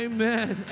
Amen